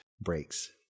breaks